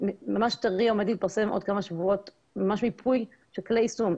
עומד להתפרסם עוד כמה שבועות ממש מיפוי של כלי יישום.